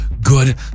Good